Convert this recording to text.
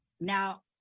Now